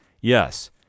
Yes